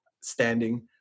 standing